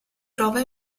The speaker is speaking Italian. trova